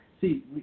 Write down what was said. See